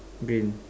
bin